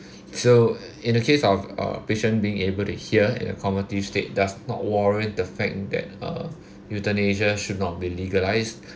so in the case of uh patient being able to hear in a comative state does not warrant the fact that uh euthanasia should not be legalised